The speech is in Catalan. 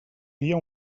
dia